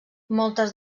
moltes